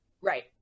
right